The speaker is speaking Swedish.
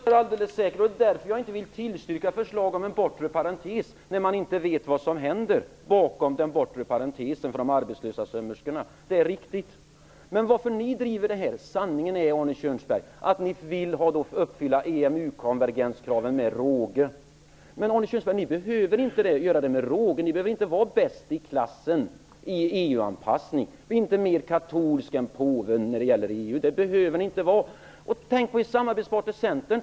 Fru talman! Nej, jag är inte så säker. Det är därför som jag inte vill tillstyrka ett förslag om en bortre parentes, när man inte vet vad som händer med de arbetslösa sömmerskorna bakom den bortre parentesen. Det är riktigt. Men varför driver Socialdemokraterna detta? Sanningen är ju, Arne Kjörnsberg, att ni vill uppfylla EMU-konvergenskraven med råge. Men, Arne Kjörnsberg, ni behöver inte göra det med råge. Ni behöver inte vara bäst i klassen i EU-anpassning. Bli inte mer katolsk än påven när det gäller EU. Det behöver ni inte vara. Tänk på er samarbetspartner Centern.